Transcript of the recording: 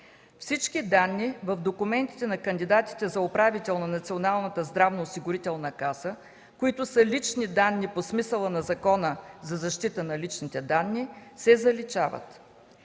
Всички данни в документите на кандидатите за управител на Националната здравноосигурителна каса, които са лични данни по смисъла на Закона за защита на личните данни, се заличават.